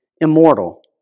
immortal